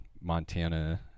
Montana